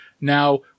now